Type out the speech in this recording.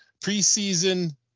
preseason